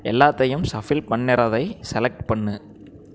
எல்லாத்தையும் ஷஃபில் பண்ணுறதை செலக்ட் பண்ணு